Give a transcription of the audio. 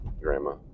grandma